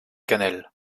cannelle